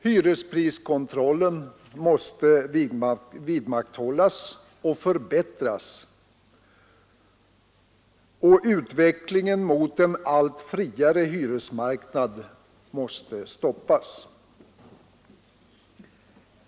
Hyrespriskontrollen måste vidmakthållas och förbättras, och utveck lingen mot en allt friare hyresmarknad måste stoppas.